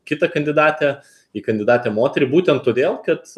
kitą kandidatę į kandidatę moterį būtent todėl kad